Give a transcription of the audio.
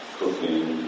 cooking